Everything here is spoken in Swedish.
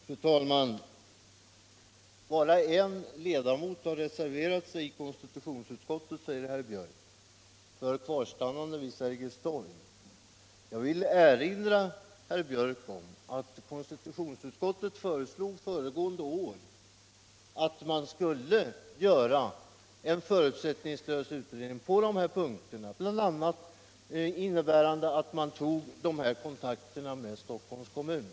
Fru talman! Bara en ledamot av konstitutionsutskottet har reserverat sig för ett kvarstannande vid Sergels torg, säger herr Björck. Jag vill då erinra herr Björck om att konstilutionsutskotltet föregående år töreslog Riksdagens lokalfrågor på längre sikt Riksdagens lokalfrågor på längre sikt att man skulle göra en förutsättningslös utredning på dessa punkter, vilken bl.a. skulle innebära att man tog kontakt med Stockholms kommun.